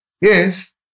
Yes